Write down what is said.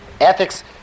Ethics